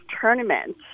tournament